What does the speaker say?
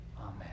amen